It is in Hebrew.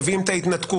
מביאים את ההתנתקות,